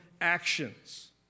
actions